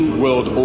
world